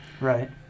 Right